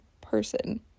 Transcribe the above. person